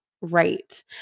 right